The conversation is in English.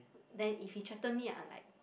then if he threaten me I'm like